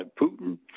Putin